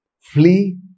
Flee